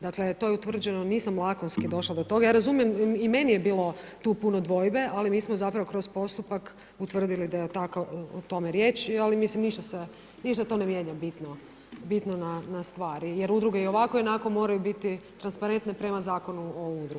Dakle to je utvrđeno, nisam lakonski došla do toga, ja razumijem i meni je bilo tu puno dvojbe ali mi smo zapravo kroz postupak utvrdili da je o tome riječ ali mislim ništa se, ništa to ne mijenja bitno na stvari jer udruge i ovako i onako moraju biti transparentne prema Zakonu o udrugama.